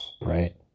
right